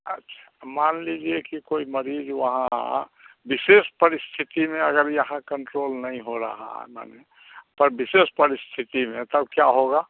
अच्छा मान लीजिए कि कोई मरीज़ वहाँ विशेष परिस्थिति में अगर यहाँ कंट्रोल नहीं हो रहा है माने तो विशेष परिस्थिति में तब क्या होगा